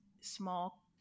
small